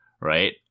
right